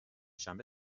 شنبه